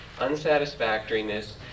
Unsatisfactoriness